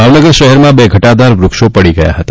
ભાવનગર શહેરમાં બે ઘટાદાર વ્રક્ષો પડી ગયા હતા